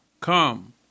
Come